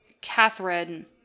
catherine